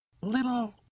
little